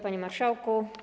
Panie Marszałku!